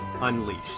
Unleashed